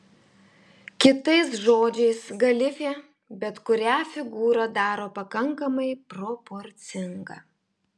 kitais žodžiais galifė bet kurią figūrą daro pakankamai proporcinga